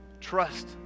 Trust